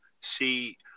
see